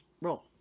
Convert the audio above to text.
roll